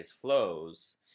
flows